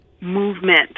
movement